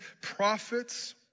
prophets